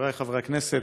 חבריי חברי הכנסת,